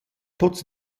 tuots